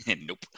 Nope